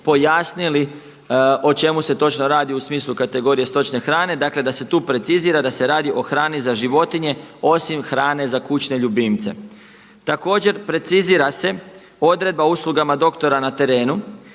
pojasnili o čemu se točno radi u smislu kategorije stočne hrane. Dakle, da se tu precizira, da se radi o hrani za životinje osim hrane za kućne ljubimce. Također precizira se odredba o uslugama doktora na terenu.